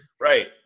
right